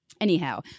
Anyhow